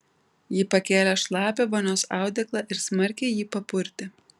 ji pakėlė šlapią vonios audeklą ir smarkiai jį papurtė